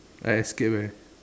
I escape eh